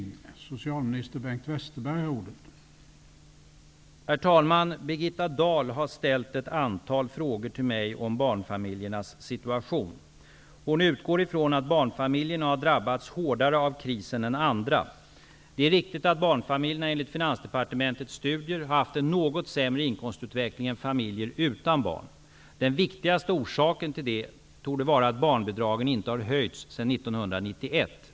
Birgitta Dahl utgår ifrån att barnfamiljerna har drabbats hårdare av krisen än andra. Det är riktigt att barnfamiljerna enligt Finansdepartementets studier har haft en något sämre inkomstutveckling än familjer utan barn. Den viktigaste orsaken till det torde vara att barnbidragen inte har höjts sedan 1991.